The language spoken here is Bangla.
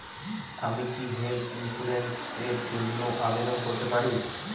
আমি কি হেল্থ ইন্সুরেন্স র জন্য আবেদন করতে পারি?